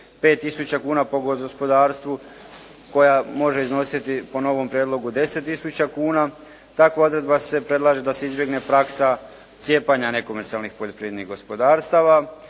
5000 kuna po gospodarstvu koja može iznositi po novom prijedlogu 10000 kuna. Takva odredba se predlaže da se izbjegne praksa cijepanja nekomercijalnih poljoprivrednih gospodarstava,